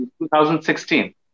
2016